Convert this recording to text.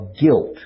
guilt